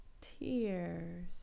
tears